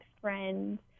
friends